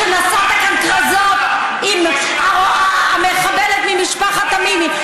שנשאת כאן כרזות עם המחבלת ממשפחת תמימי,